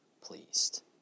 pleased